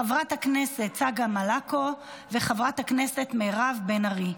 חברת הכנסת צגה מלקו וחברת הכנסת מירב בן ארי.